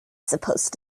supposed